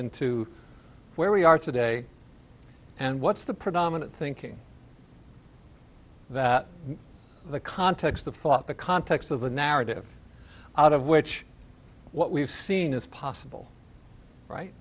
into where we are today and what's the predominant thinking that the context of thought the context of the narrative out of which what we've seen is possible right